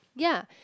ya